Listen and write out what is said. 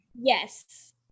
yes